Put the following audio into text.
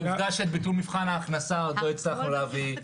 עובדה שאת ביטול מבחן ההכנסה עוד לא הצלחנו להביא.